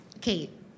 Kate